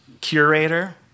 Curator